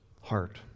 heart